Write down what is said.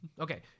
Okay